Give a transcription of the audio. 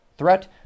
threat